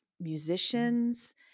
musicians